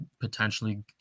potentially